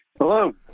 Hello